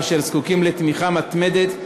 אשר זקוקים לתמיכה מתמדת,